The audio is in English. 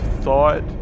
thought